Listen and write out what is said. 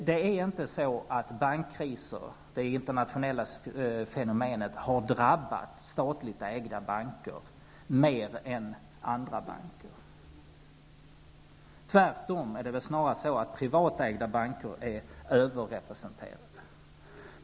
Det är inte så att bankkriser -- det internationella fenomenet -- har drabbat statligt ägda banker mer än andra banker. Tvärtom är privatägda banker snarare överrepresenterade.